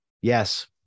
Yes